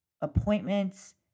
appointments